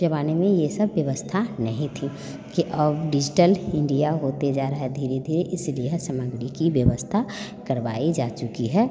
ज़माने में यह सब व्यवस्था नहीं थी अब डिजिटल इंडिया होते जा रहा है धीरे धीरे इसलिए यह समग्री की व्यवस्था करवाई जा चुकी है